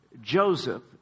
Joseph